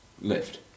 lift